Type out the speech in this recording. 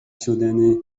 شدن